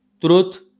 Truth